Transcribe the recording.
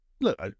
look